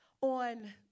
on